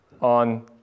on